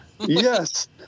Yes